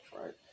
Right